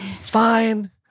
fine